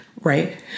Right